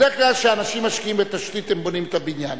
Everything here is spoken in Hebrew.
בדרך כלל כשאנשים משקיעים בתשתית הם בונים את הבניין,